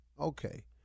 okay